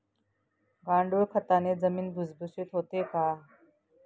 गांडूळ खताने जमीन भुसभुशीत होते का?